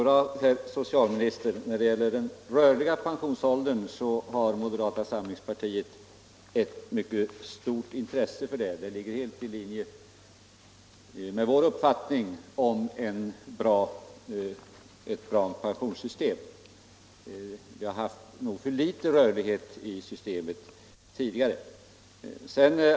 Herr talman! Jo då, herr socialminister, moderata samlingspartiet har mycket stort intresse för den rörliga pensionsåldern. Den ligger helt i linje med vår uppfattning om ett bra pensionssystem. Det har nog funnits för litet rörlighet i systemet tidigare.